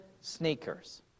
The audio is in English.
sneakers